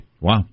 Wow